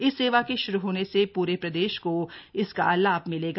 इस सेवा के श्रू होने से पूरे प्रदेश को इसका लाभ मिलेगा